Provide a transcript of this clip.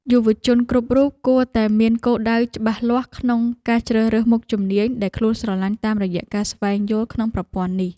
យុវជនគ្រប់រូបគួរតែមានគោលដៅច្បាស់លាស់ក្នុងការជ្រើសរើសមុខជំនាញដែលខ្លួនស្រឡាញ់តាមរយៈការស្វែងយល់ក្នុងប្រព័ន្ធនេះ។